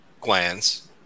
glands